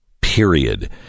period